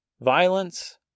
Violence